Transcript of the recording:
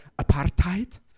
apartheid